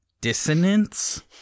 dissonance